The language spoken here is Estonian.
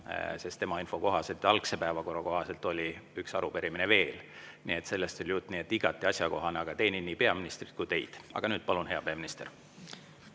sest tema info kohaselt ja algse päevakorra kohaselt oli üks arupärimine veel. Sellest oli jutt, nii et igati asjakohane. Teenin nii peaministrit kui ka teid. Aga nüüd, palun, hea peaminister!